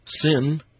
Sin